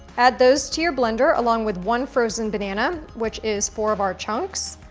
add those to your blender, along with one frozen banana, which is four of our chunks,